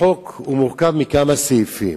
החוק מורכב מכמה סעיפים.